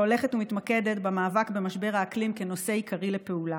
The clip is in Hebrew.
שהולכת ומתמקדת במאבק במשבר האקלים כנושא עיקרי לפעולה,